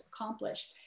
accomplish